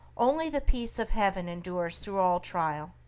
only the peace of heaven endures through all trial,